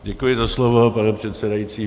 Děkuji za slovo, pane předsedající.